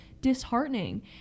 disheartening